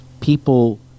people